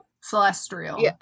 celestial